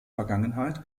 vergangenheit